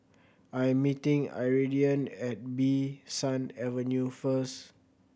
I am meeting Iridian at Bee San Avenue first